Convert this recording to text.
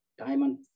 Diamond